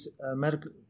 medical